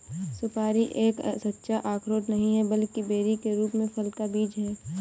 सुपारी एक सच्चा अखरोट नहीं है, बल्कि बेरी के रूप में फल का बीज है